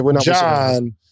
John